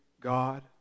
God